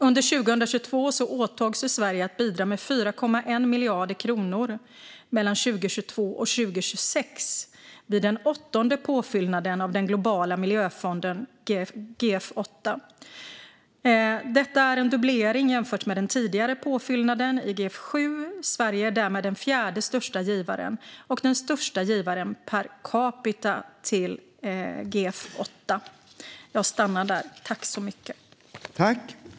Under 2022 åtog sig Sverige att bidra med 4,1 miljarder kronor mellan 2022 och 2026 vid den åttonde påfyllnaden av Globala miljöfonden, GEF 8. Detta är en dubblering jämfört med den tidigare påfyllnaden i GEF 7. Sverige är därmed den fjärde största givaren och den största givaren per capita till GEF 8. Då Lorena Delgado Varas , som framställt interpellationen, anmält att hon var förhindrad att närvara vid sammanträdet medgav talmannen att Jens Holm i stället fick delta i debatten.